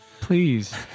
Please